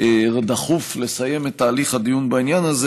דחוף לסיים את הליך הדיון בעניין הזה,